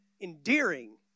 endearing